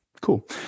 cool